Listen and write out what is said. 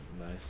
Nice